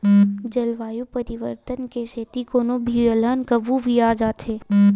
जलवायु परिवर्तन के सेती कोनो भी अलहन कभू भी आ जाथे